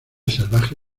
salvaje